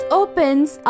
opens